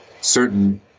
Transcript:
certain